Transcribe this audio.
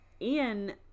Ian